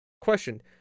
Question